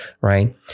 right